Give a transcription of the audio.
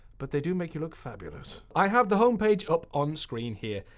but they do make you look fabulous. i have the home page up on screen here.